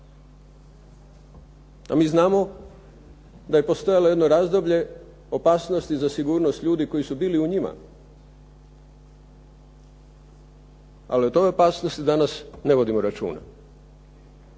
A mi znamo da je postojalo jedno razdoblje opasnosti za sigurnost ljudi koji su bili u njima. Ali o toj opasnosti danas ne vodimo računa.